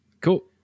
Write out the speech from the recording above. Cool